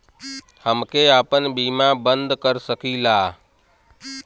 हमके आपन बीमा बन्द कर सकीला?